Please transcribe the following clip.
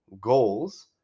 goals